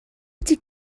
ydy